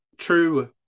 True